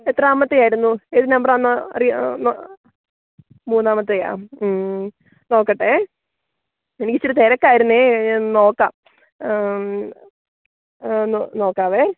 എത്രാമത്തെയായിരുന്നു ഏത് നമ്പറാണെന്ന് അറി മൂന്നാമത്തെയാ ഉം നോക്കട്ടേ എനിക്കിച്ചിരെ തിരക്കായിരുന്നേ നോക്കാം നോക്കാവെ